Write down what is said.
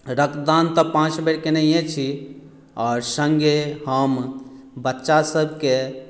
रक्तदान तऽ पांच बेर केनहिये छी आओर संगे हम बच्चा सबकेँ